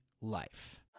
life